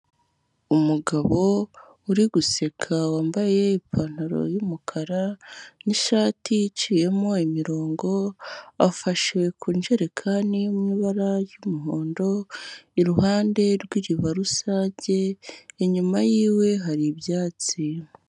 Umugabo uri guseka wambaye ipantaro y'umukara n'ishati iciyemo imirongo, afashe ku njerekani yo mu ibara ry'umuhondo, iruhande rw'iriba rusage, inyuma yiwe hari ibyatsi.